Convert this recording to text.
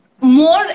More